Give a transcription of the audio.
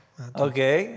Okay